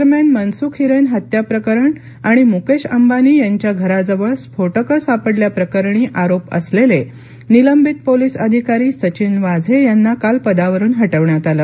दरम्यान मनसुख हिरेन हत्या प्रकरण आणि मुकेश अंबानी यांच्या घराजवळ स्फोटक सापडल्या प्रकरणी आरोप असलेले निलंबित पोलिस अधिकारी सचिन वाझे यांना काल पदावरुन हटवण्यात आलं